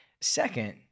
Second